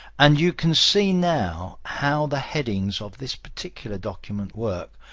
and you can see now how the headings of this particular document work.